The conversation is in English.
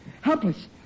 Helpless